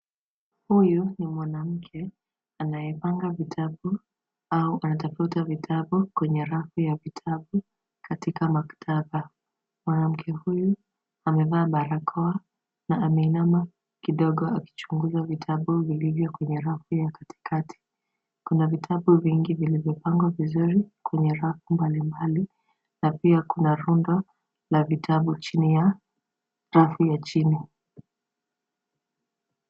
Huyu ni mwanamke anayepanga vitabu au anatafuta vitabu kwenye rafu ya vitabu katika maktaba. Mwanamke huyu amevaa barakoa na ameinama kidogo akichunguza vitabu vilivyo kwenye rafu ya katikati. Kuna vitabu vingi vilivyopangwa vizuri kwenye rafu mbalimbali na pia kuna rundo la vitabu chini ya rafu ya chini.